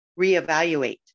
reevaluate